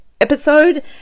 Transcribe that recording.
episode